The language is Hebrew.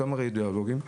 אותם רדיולוגים,